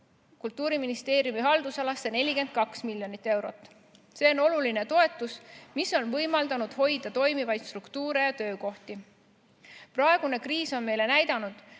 Kultuuriministeeriumi haldusalasse 42 miljonit eurot. See on oluline toetus, mis on võimaldanud hoida toimivaid struktuure ja töökohti. Praegune kriis on meile näidanud,